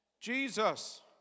Jesus